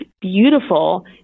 beautiful